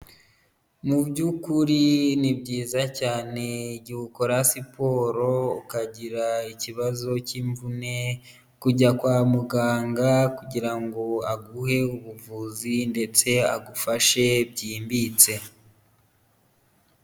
Mu by'ukuri ni byiza cyane igihe ukora siporo, ukagira ikibazo cy'imvune, kujya kwa muganga kugira ngo aguhe ubuvuzi, ndetse agufashe byimbitse.